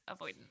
avoidant